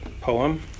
poem